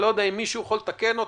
ואם מישהו יכול לתקן אותי,